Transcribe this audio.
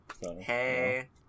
hey